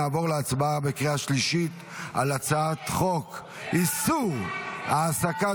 נעבור להצבעה בקריאה השלישית על הצעת חוק איסור העסקת